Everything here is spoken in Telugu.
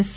ఎస్